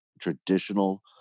traditional